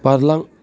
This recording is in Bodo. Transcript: बारलां